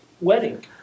wedding